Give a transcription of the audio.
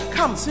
Come